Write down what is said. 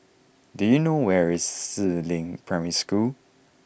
do you know where is Si Ling Primary School